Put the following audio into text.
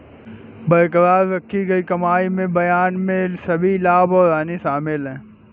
बरकरार रखी गई कमाई में बयान में सभी लाभ और हानि शामिल हैं